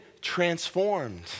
transformed